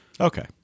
Okay